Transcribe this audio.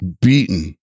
beaten